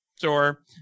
Sure